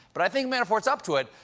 but i think manafort's up to it.